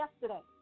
yesterday